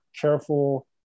careful